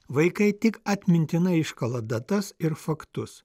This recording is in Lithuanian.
vaikai tik atmintinai iškala datas ir faktus